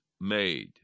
made